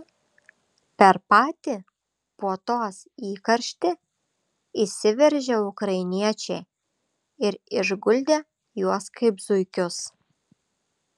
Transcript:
per patį puotos įkarštį įsiveržė ukrainiečiai ir išguldė juos kaip zuikius